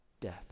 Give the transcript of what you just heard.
Death